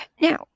Now